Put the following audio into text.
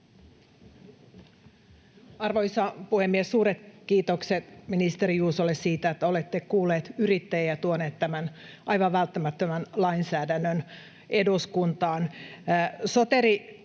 Arvoisa puhemies! Suuret kiitokset ministeri Juusolle siitä, että olette kuullut yrittäjiä ja tuonut tämän aivan välttämättömän lainsäädännön eduskuntaan.